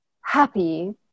happy